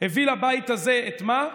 הביא לבית הזה את מה?